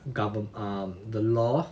govern~ ah the law